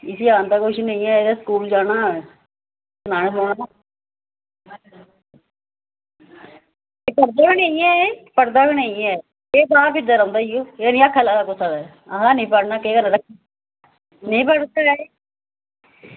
इसी आंदा कुछ नी ऐ एह्दै स्कूल जाना हा पढ़दा गै नेईं ऐ एह् पढदा गै नी ऐ एह् बाह्र फिरदा रौंह्दा ई एह् एह् नी कुसै दै आक्खै लगदा आखदा नेंई पढ़नां नेंई पढ़दा ऐ एह्